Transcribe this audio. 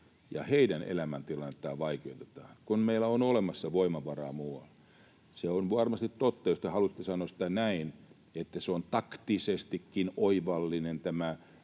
ja heidän elämäntilannettaan vaikeutetaan, kun meillä on olemassa voimavaraa muualla. On varmasti totta, jos te haluatte sanoa sen näin, että on taktisestikin oivallinen tämä